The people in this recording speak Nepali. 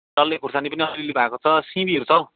डल्ले खोर्सानी पनि अलिअलि भएको छ सिमीहरू छ हो